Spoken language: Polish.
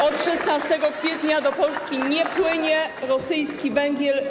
Od 16 kwietnia do Polski nie płynie rosyjski węgiel.